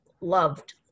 loved